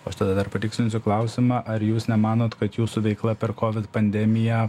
o aš tada dar patikslinsiu klausimą ar jūs nemanot kad jūsų veikla per covid pandemiją